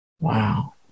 Wow